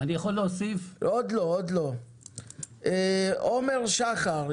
עומר שחר,